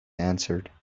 answered